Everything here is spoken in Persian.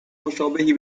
مشابهی